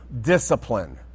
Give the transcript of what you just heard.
discipline